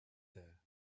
there